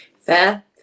Fair